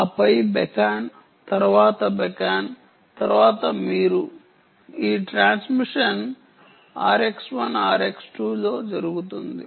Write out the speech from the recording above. ఆపై బెకన్ తర్వాత బెకన్ తర్వాత మీరు ఈ ట్రాన్స్మిషన్ RX 1 RX 2 జరుగుతుంది